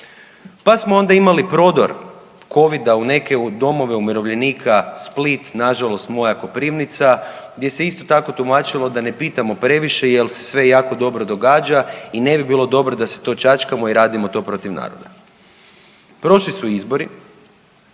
Pa smo onda imali prodor Covida u neke domove umirovljenika, Split, nažalost, moja Koprivnica, gdje se isto tako, tumačilo da ne pitamo previše jer se sve jako dobro događa i ne bi bilo dobro da se to čačkamo i radimo to protiv naroda. Prošli su izbori,